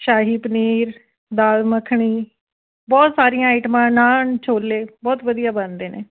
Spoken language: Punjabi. ਸ਼ਾਹੀ ਪਨੀਰ ਦਾਲ ਮੱਖਣੀ ਬਹੁਤ ਸਾਰੀਆਂ ਆਈਟਮਾਂ ਨਾਨ ਛੋਲੇ ਬਹੁਤ ਵਧੀਆ ਬਣਦੇ ਨੇ